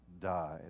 died